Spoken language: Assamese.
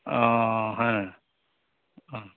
হয়